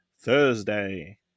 Thursday